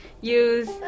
use